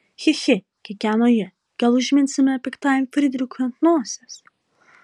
chi chi kikeno ji gal užminsime piktajam frydrichui ant nosies